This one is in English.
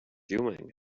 doing